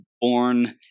born